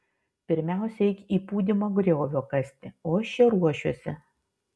pirmiausia eik į pūdymą griovio kasti o aš čia ruošiuosi